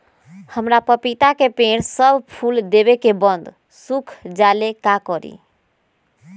हमरा पतिता के पेड़ सब फुल देबे के बाद सुख जाले का करी?